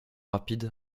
rapide